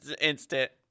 instant